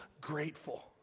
grateful